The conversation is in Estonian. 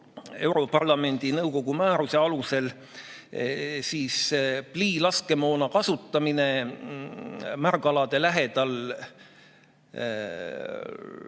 europarlamendi ja nõukogu määruse alusel pliilaskemoona kasutamine märgalade lähedal peaks